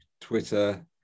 Twitter